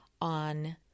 on